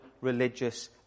religious